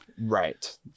right